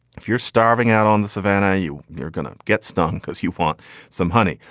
if you're starving out on the savanna, you you're gonna get stung because you want some honey.